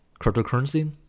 cryptocurrency